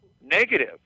negative